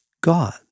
God